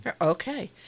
Okay